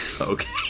Okay